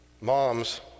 moms